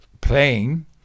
playing